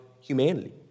humanity